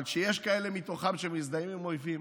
אבל כשיש כאלה מתוכם שמזדהים עם אותם אויבים.